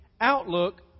outlook